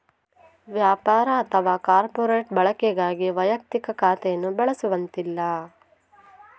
ವ್ಯಾಪಾರ ಅಥವಾ ಕಾರ್ಪೊರೇಟ್ ಬಳಕೆಗಾಗಿ ವೈಯಕ್ತಿಕ ಖಾತೆಯನ್ನು ಬಳಸುವಂತಿಲ್ಲ